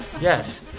Yes